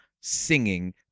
singing